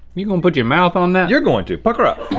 you gonna put your mouth on that? you're going to, pucker up.